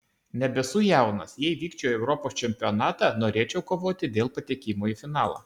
nebesu jaunas jei vykčiau į europos čempionatą norėčiau kovoti dėl patekimo į finalą